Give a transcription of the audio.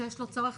שיש בו צורך,